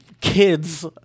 kids